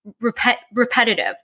repetitive